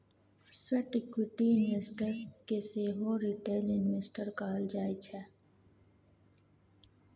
sweat equity investor केँ सेहो retail investor कहल जाइ छै